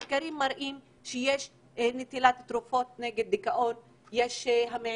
מחקרים מראים שיש עלייה בנטילת תרופות נגד דיכאון המעידה